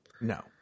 No